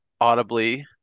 audibly